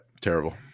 terrible